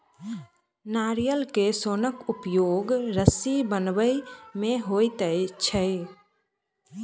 नारियल के सोनक उपयोग रस्सी बनबय मे होइत छै